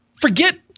forget